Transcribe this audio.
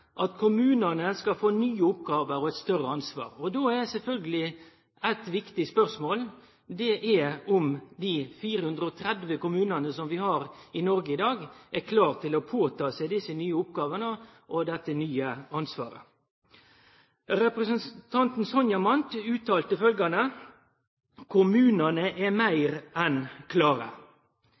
at kommunane skal få nye oppgåver og eit større ansvar. Då er sjølvsagt eit viktig spørsmål om dei 430 kommunane som vi har i Noreg i dag, er klare til å ta på seg desse nye oppgåvene og dette nye ansvaret. Representanten Sonja Mandt sa følgjande: «Kommunene er mer enn klare.»